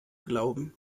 glauben